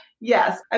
Yes